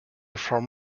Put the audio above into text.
from